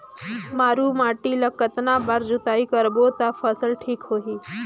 मारू माटी ला कतना बार जुताई करबो ता फसल ठीक होती?